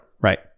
Right